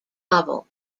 novel